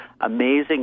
amazing